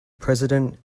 president